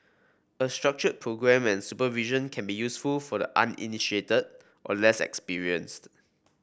a structured programme and supervision can be useful for the uninitiated or less experienced